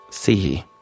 see